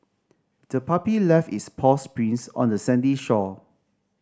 the puppy left its paws prints on the sandy shore